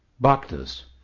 bhaktas